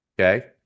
Okay